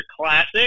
classic